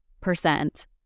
percent